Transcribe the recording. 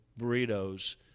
burritos